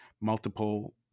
multiple